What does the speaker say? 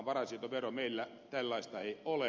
meillä tällaista ei ole